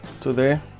today